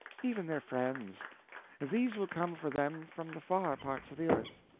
even their friends these will come for them from the far parts of the earth.